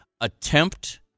attempt